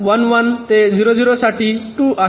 1 1 ते 0 0 आणखी 2 आहेत